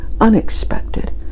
unexpected